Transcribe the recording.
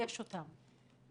יש אותם.